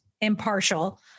impartial